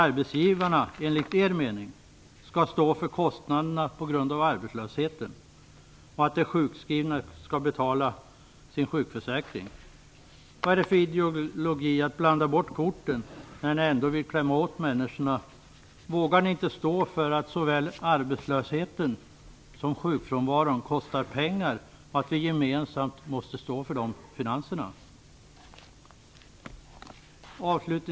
Arbetsgivarna skall enligt er mening stå för kostnaderna för arbetslösheten och de sjukskrivna skall betala sin sjukförsäkring. Vad är det för ideologi att blanda bort korten när ni ändå vill klämma åt människorna? Vågar ni inte stå för att såväl arbetslösheten som sjukfrånvaron kostar pengar och att vi gemensamt måste stå för de finanserna? Fru talman!